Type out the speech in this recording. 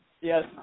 yes